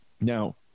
Now